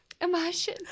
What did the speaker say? Imagine